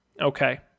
Okay